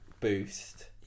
boost